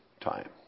time